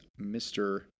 Mr